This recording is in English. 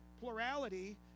plurality